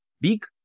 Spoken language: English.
big